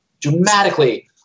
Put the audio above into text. dramatically